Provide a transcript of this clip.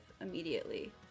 immediately